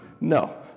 No